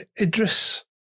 Idris